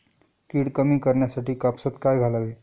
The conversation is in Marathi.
कीड कमी करण्यासाठी कापसात काय घालावे?